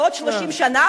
בעוד 30 שנה,